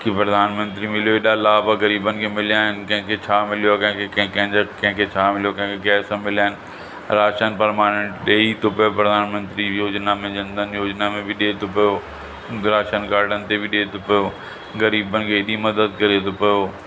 की प्रधानमंत्री मिलियो एॾा लाभ ग़रीबनि खे मिलिया आहिनि कंहिंखें छा मिलियो कंहिंखें न कंहिंखें छा मिलियो कंहिंखें गैस मिलिया आहिनि राशन पर्मानेंट ॾेई थो पियो प्रधानमंत्री योजना में धन जन योजना में बि ॾिए थो पियो राशन कार्डनि ते बि ॾिए थो पियो ग़रीबनि खे एॾी मदद करे थो पियो